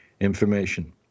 information